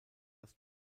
das